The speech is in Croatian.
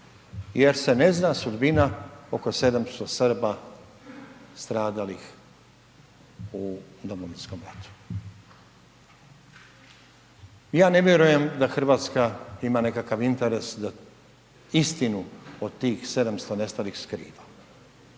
jer se ne zna sudbina oko 700 Srba stradalih u Domovinskom ratu. Ja ne vjerujem da Hrvatska ima nekakav interes da istinu o tih 700 nestalih skriva.